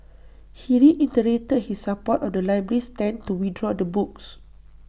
he reiterated his support of the library's stand to withdraw the books